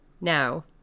Now